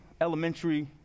elementary